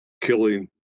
killing